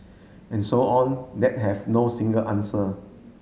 and so on that have no single answer